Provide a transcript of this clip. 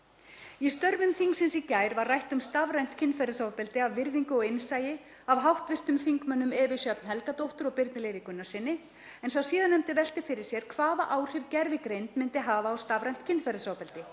Í störfum þingsins í gær var rætt um stafrænt kynferðisofbeldi af virðingu og innsæi af hv. þingmönnum Evu Sjöfn Helgadóttur og Birni Leví Gunnarssyni, en sá síðarnefndi velti fyrir sér hvaða áhrif gervigreind myndi hafa á stafrænt kynferðisofbeldi,